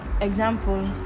example